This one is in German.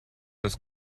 das